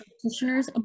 practitioners